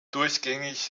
durchgängig